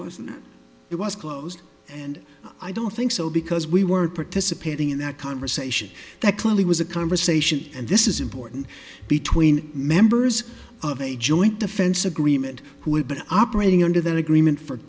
and it was closed and i don't think so because we were participating in that conversation that clearly was a conversation and this is important between members of a joint defense agreement who had been operating under that agreement for